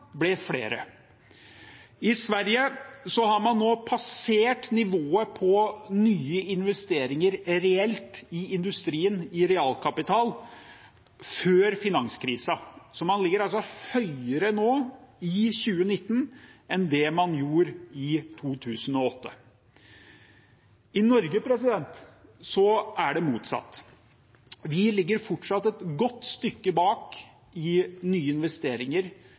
ble flere. I Sverige har man nå passert nivået før finanskrisen på nye investeringer reelt i industrien i realkapital, så man ligger altså høyere nå i 2019 enn det man gjorde i 2008. I Norge er det motsatt. Vi ligger fortsatt et godt stykke bak i nye investeringer